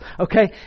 Okay